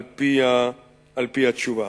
על-פי אורך התשובה.